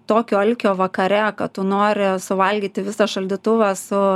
tokio alkio vakare kad tu nori suvalgyti visą šaldytuvą su